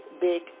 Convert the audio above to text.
big